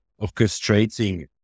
orchestrating